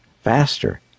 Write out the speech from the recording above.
faster